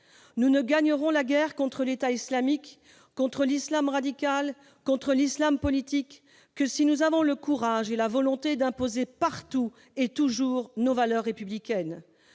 Nous ne gagnerons la guerre contre l'État islamique, contre l'islam radical, contre l'islam politique, que si nous avons la volonté et le courage d'imposer partout et toujours nos valeurs républicaines